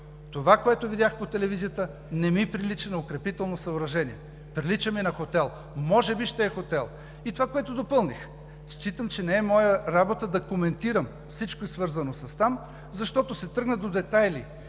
това, което видях по телевизията, не ми прилича на укрепително съоръжение, прилича ми на хотел, може би ще е хотел. И това, което допълних: считам, че не е моя работа да коментирам всичко, свързано с това, защото се тръгна до детайли